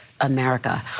america